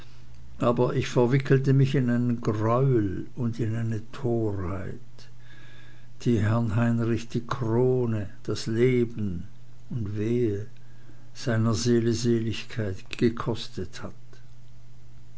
aber ich verwickelte mich in einen greuel und in eine torheit die herrn heinrich die krone das leben und wehe seiner seele seligkeit gekostet hat